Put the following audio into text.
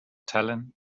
tallinn